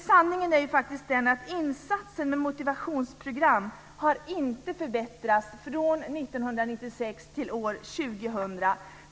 Sanningen är faktiskt att insatsen vad gäller motivationsprogram inte har förbättrats från år 1996 till år 2000.